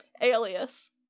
Alias